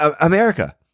America